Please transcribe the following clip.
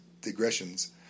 digressions